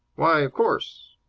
why, of course.